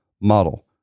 model